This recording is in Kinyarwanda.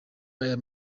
aya